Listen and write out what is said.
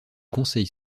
conseil